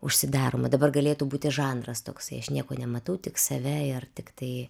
užsidaroma dabar galėtų būti žanras toksai aš nieko nematau tik save ir tiktai